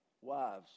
wives